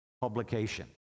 publication